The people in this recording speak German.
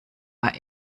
war